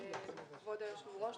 כבוד היושב-ראש,